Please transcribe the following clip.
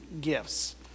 gifts